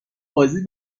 بازی